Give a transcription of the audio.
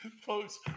Folks